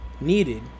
needed